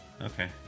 Okay